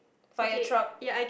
firetruck